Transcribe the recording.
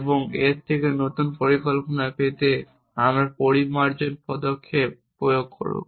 এবং এর থেকে নতুন পরিকল্পনা পেতে আমরা পরিমার্জন পদক্ষেপ প্রয়োগ করব